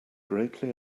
greatly